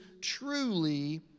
truly